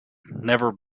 never